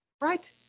Right